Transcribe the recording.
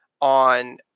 on